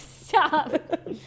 stop